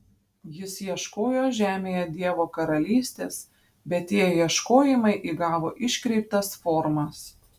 jis ieškojo žemėje dievo karalystės bet tie ieškojimai įgavo iškreiptas formas